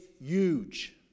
huge